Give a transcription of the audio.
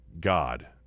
God